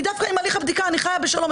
דווקא עם הליך הבדיקה אני חיה בשלום,